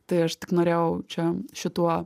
tai aš tik norėjau čia šituo